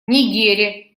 нигере